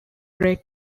great